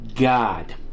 God